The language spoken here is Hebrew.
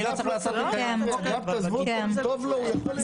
זה